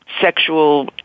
sexual